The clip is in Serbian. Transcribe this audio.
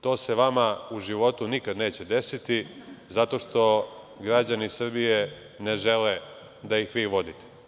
To se vama u životu nikad neće desiti, zato što građani Srbije ne žele da ih vi vodite.